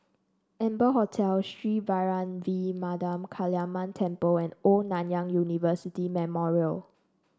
Amber Hotel Sri Vairavimada Kaliamman Temple and Old Nanyang University Memorial